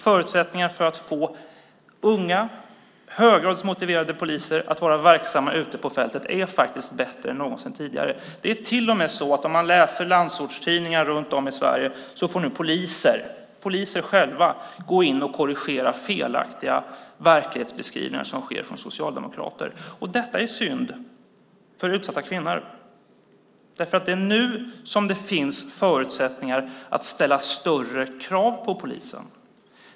Förutsättningarna för att få unga, höggradigt motiverade poliser att vara verksamma ute på fältet är faktiskt bättre än någonsin tidigare. Men om man läser landsortstidningar ser man att poliser nu själva får gå in och korrigera felaktiga verklighetsbeskrivningar som görs av socialdemokrater. Detta är synd för utsatta kvinnor, för det är nu det finns förutsättningar att ställa större krav på polisen.